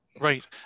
Right